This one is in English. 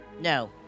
No